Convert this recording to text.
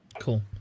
cool